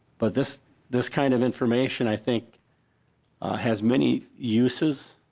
but this this kind of information i think has many uses.